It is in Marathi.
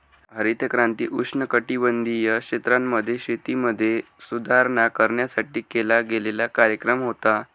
हरित क्रांती उष्णकटिबंधीय क्षेत्रांमध्ये, शेतीमध्ये सुधारणा करण्यासाठी केला गेलेला कार्यक्रम होता